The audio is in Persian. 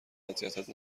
اذیتت